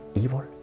evil